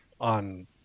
on